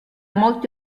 molti